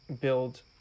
build